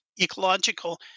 ecological